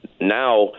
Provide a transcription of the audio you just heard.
Now